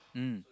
mm